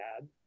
add